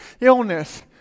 illness